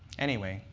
anyway,